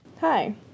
Hi